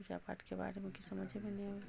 पूजा पाठके बारेमे किछु समझेमे नहि अबैए